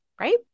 right